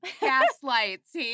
gaslights